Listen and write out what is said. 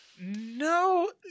No